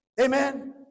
Amen